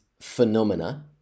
Phenomena